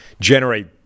generate